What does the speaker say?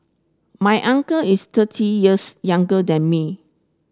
my uncle is thirty years younger than me